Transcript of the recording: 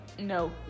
No